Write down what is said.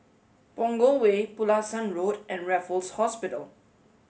Punggol Way Pulasan Road and Raffles Hospital